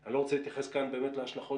אני לא רוצה להתייחס כאן באמת להשלכות